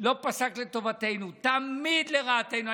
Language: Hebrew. לא פסק לטובתנו, תמיד לרעתנו.